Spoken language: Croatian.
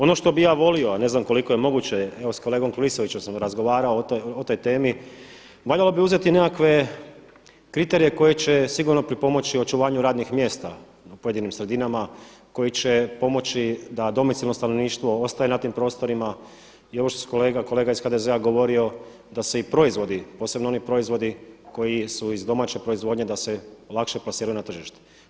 Ono što bi ja volio a ne znam koliko je moguće evo s kolegom Klisovićem sam razgovarao o toj temi valjalo bi uzeti nekakve kriterije koji će sigurno pripomoći očuvanju radnih mjesta u pojedinim sredinama, koji će pomoći da domicilno stanovništvo ostaje na tim prostorima i ovo što su kolege iz HDZ-a govorio da se i proizvodi posebno oni proizvodi koji su iz domaće proizvodnje da se lakše plasiraju na tržište.